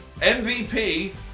MVP